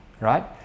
Right